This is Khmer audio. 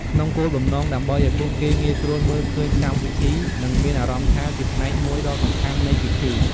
ក្នុងគោលបំណង ដើម្បីឲ្យពួកគេងាយស្រួលមើលឃើញកម្មវិធី និងមានអារម្មណ៍ថាជាផ្នែកមួយដ៏សំខាន់នៃពិធី។